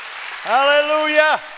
Hallelujah